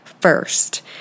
first